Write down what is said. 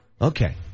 Okay